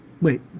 Wait